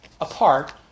apart